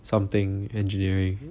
something engineering